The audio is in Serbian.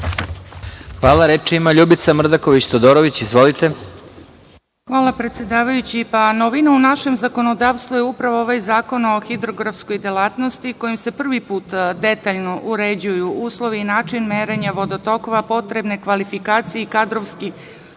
Zahvaljujem. Reč ima Ljubica Mrdaković Todorović. Izvolite. **Ljubica Mrdaković Todorović** Hvala. Novina u našem zakonodavstvu je upravo ovaj zakon o hidrografskoj delatnosti, kojim se prvi put detaljno uređuju uslovi i način merenja vodotokova, potrebne kvalifikacije i kadrovski